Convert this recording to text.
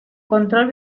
control